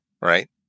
right